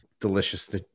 delicious